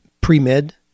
pre-med